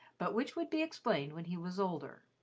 but which would be explained when he was older.